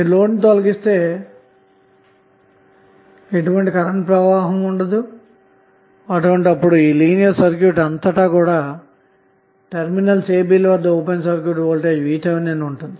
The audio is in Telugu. మీరులోడ్ ను తొలగిస్తే ఎటువంటి కరెంటు ప్రవాహం ఉండదు అటువంటప్పుడు లినియర్ సర్క్యూట్అంతటాటెర్మినల్స్ a b ల వద్ద ఓపెన్ సర్క్యూట్ వోల్టేజ్ VThఉంటుంది